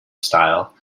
style